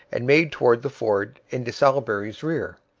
and made towards the ford in de salaberry's rear.